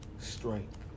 strength